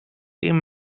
این